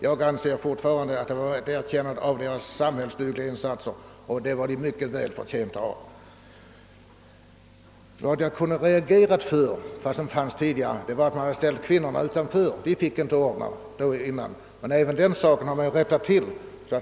Jag anser fortfarande att det utgjorde ett erkännande för deras samhällsgagnande insatser, ett erkännande som de var väl förtjänta av. Tidigare har man kunnat reagera mot att kvinnorna ställdes utanför och inte fick några ordnar. Men även den saken har rättats till.